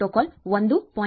protocol 1